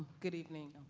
good evening,